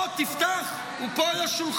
בוא תפתח, הוא פה על השולחן.